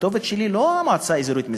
הכתובת שלי היא לא המועצה האזורית משגב.